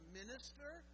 minister